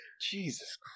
Jesus